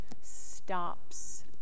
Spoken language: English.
stops